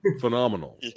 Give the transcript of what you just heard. phenomenal